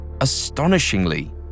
Astonishingly